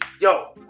Yo